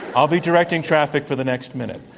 i'll be directing traffic for the next minute.